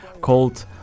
called